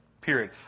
period